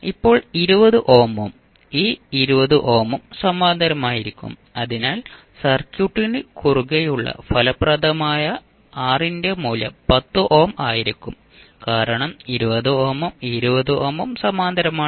ഇപ്പോൾ 20 ഓമും ഈ 20 ഓമും സമാന്തരമായിരിക്കും അതിനാൽ സർക്യൂട്ടിന് കുറുകെയുള്ള ഫലപ്രദമായ R ന്റെ മൂല്യം 10 ഓം ആയിരിക്കും കാരണം 20 ഓമും 20 ഓമും സമാന്തരമാണ്